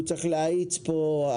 הוא צריך להאיץ פה,